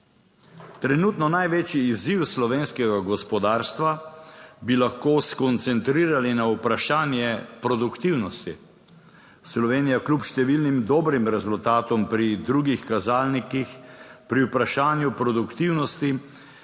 Trenutno največji izziv slovenskega gospodarstva bi lahko skoncentrirali na vprašanje produktivnosti. Slovenija kljub številnim dobrim rezultatom pri drugih kazalnikih pri vprašanju produktivnosti